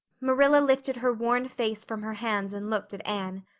marilla lifted her worn face from her hands and looked at anne.